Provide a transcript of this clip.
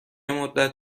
مدت